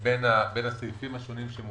אלו ההגדרות שרלוונטיות למה שהקראנו בסעיפים.